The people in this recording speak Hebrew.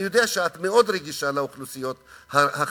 אני יודע שאת מאוד רגישה לאוכלוסיות החלשות.